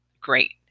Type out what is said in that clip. great